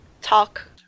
Talk